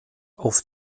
auf